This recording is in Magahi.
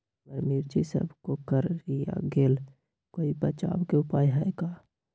हमर मिर्ची सब कोकररिया गेल कोई बचाव के उपाय है का?